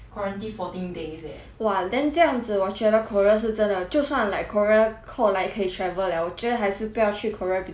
!wah! then 这样子我觉得 korea 是真的就算 like korea 后来可以 travel liao 我觉得还是不要去 korea 比较好虽然 korea 很 fun ah